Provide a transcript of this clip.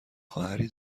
خواهری